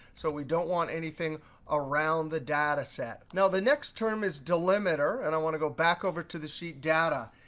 so we don't want anything around the data set. now, the next term is delimiter. and i want to go back over to the sheet data.